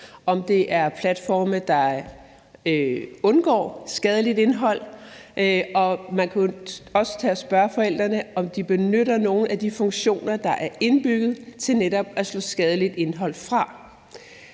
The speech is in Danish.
om det er platforme, der undgår skadeligt indhold. Man kunne også tage at spørge forældrene, om de benytter nogle af de funktioner, der er indbygget til netop at slå skadeligt indhold fra.